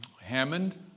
Hammond